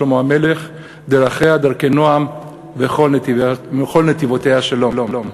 שלמה המלך: "דרכיה דרכי נעם וכל נתיבותיה שלום".